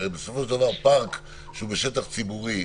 הרי בסופו של דבר פארק שהוא בשטח ציבורי,